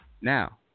Now